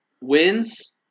wins